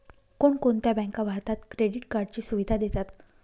कोणकोणत्या बँका भारतात क्रेडिट कार्डची सुविधा देतात?